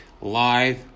live